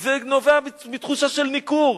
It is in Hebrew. זה נובע מתחושה של ניכור.